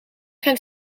gaan